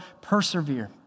persevere